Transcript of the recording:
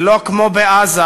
שלא כמו בעזה,